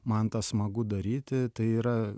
man tą smagu daryti tai yra